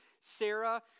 Sarah